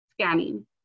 scanning